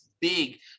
big